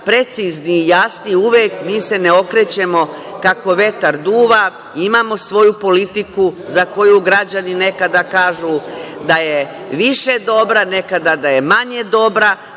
precizni i jasni uvek, mi se ne okrećemo kako vetar duva, imamo svoju politiku, za koju građani nekada kažu da je više dobra, nekada da je manje dobra. Nama